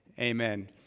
Amen